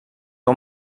que